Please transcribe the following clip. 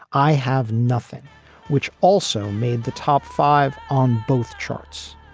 i have nothing which also made the top five on both charts.